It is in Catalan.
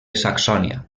saxònia